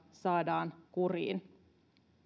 saadaan kuriin